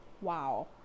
wow